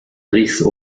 riss